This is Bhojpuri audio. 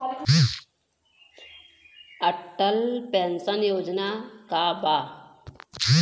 अटल पेंशन योजना का बा?